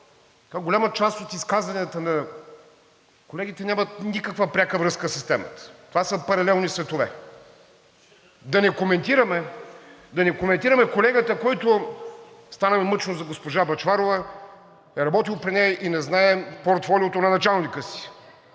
каква голяма част от изказванията на колегите нямат никаква пряка връзка с темата. Това са паралелни светове. Да не коментираме колегата, който – става ми мъчно за госпожа Бъчварова, е работил при нея и не знае портфолиото на началника си.